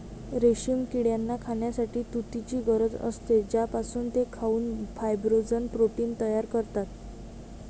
रेशीम किड्यांना खाण्यासाठी तुतीची गरज असते, ज्यापासून ते खाऊन फायब्रोइन प्रोटीन तयार करतात